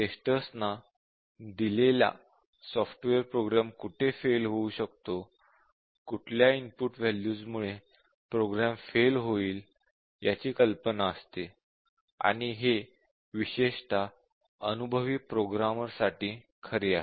टेस्टर्सं ना दिलेला software program कुठे फेल होऊ शकतो कोणत्या इनपुट वॅल्यूज मुळे प्रोग्राम फेल होईल याची कल्पना असते आणि हे विशेषतः अनुभवी प्रोग्रामरसाठी खरे आहे